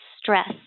stress